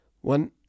one